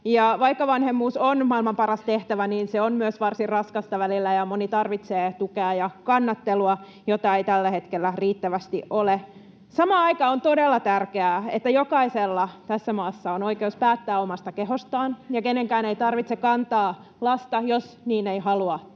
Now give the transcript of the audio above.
vaikka vanhemmuus on maailman paras tehtävä, niin se on välillä myös varsin raskasta ja moni tarvitsee tukea ja kannattelua, jota ei tällä hetkellä riittävästi ole. Samaan aikaan on todella tärkeää, että jokaisella tässä maassa on oikeus päättää omasta kehostaan ja kenenkään ei tarvitse kantaa lasta, jos niin ei halua tehdä.